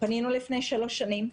פנינו לפני שלוש שנים.